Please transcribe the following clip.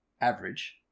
average